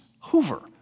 Hoover